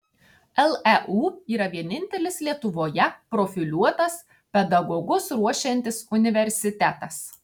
leu yra vienintelis lietuvoje profiliuotas pedagogus ruošiantis universitetas